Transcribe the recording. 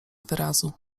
wyrazu